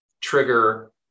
trigger